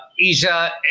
asia